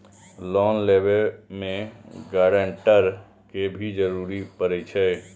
Loan लेबे में grantor के भी जरूरी परे छै?